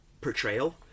portrayal